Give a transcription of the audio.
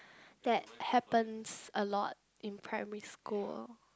that happens a lot in primary school